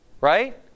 Right